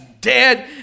dead